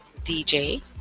dj